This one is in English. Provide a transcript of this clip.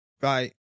right